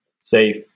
safe